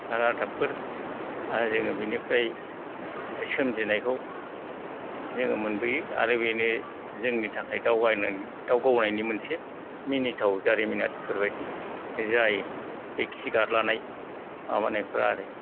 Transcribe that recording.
रादाबफोर जोङो बेनिफ्राय सोमजिनायखौ जोङो मोनबोयो आरो बेनो जोंनि थाखाय दाउ गावनायनि मोनसे मिनिथाव जारिमिनफोर बायदि जायो बे खि गादलानाय माबानायफोरा आरो